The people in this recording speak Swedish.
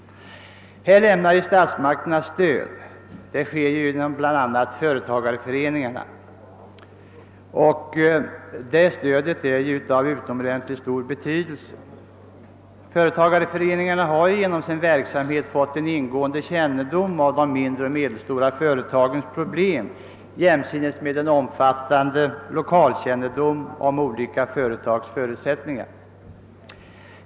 Härvidlag lämnar statsmakterna stöd, bl.a. genom företagareföreningarna, och det stödet är av utomordentligt stor betydelse. Företagareföreningarna har genom sin verksamhet fått en ingående kännedom om de mindre och medelstora företagens problem jämsides med en omfattande lokalkännedom om olika företags förutsättningar.